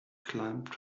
climbed